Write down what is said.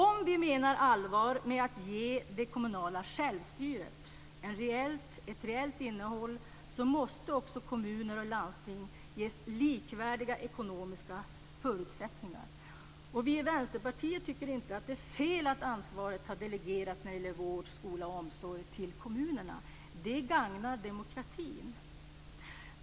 Om vi menar allvar med att ge det kommunala självstyret ett reellt innehåll måste också kommuner och landsting ges likvärdiga ekonomiska förutsättningar. Vi i Vänsterpartiet tycker inte att det är fel att ansvaret när det gäller skola, vård och omsorg har delegerats till kommunerna. Det gagnar demokratin.